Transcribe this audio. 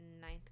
ninth